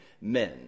men